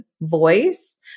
voice